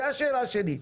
זו השאלה שלי.